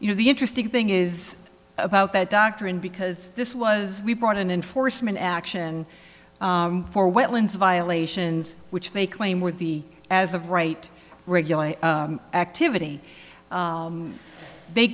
you know the interesting thing is about that doctrine because this was we brought an enforcement action for wetlands violations which they claim with the as of right regular activity they